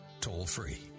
toll-free